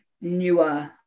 newer